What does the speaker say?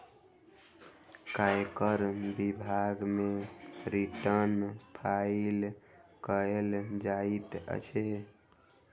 आयकर विभाग मे रिटर्न फाइल कयल जाइत छै